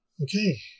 Okay